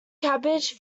cabbage